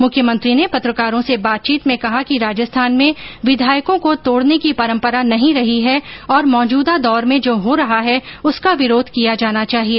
मुख्यमंत्री ने पत्रकारों से बातचीत में कहा कि राजस्थान में विधायकों को तोड़ने की परम्परा नहीं रही है और र्मोजूदा दौर में जो हो रहा है उसका विरोध किया जाना चाहिए